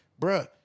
Bruh